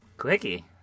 Quickie